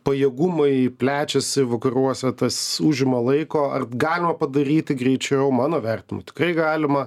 pajėgumai plečiasi vakaruose tas užima laiko ar galima padaryti greičiau mano vertinimu tikrai galima